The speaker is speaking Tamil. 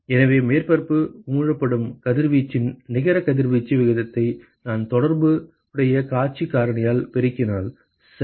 எனவே மேற்பரப்பு உமிழப்படும் கதிர்வீச்சின் நிகர கதிர்வீச்சு விகிதத்தை நான் தொடர்புடைய காட்சி காரணியால் பெருக்கினால் சரி